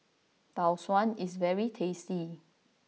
Tau Suan is very tasty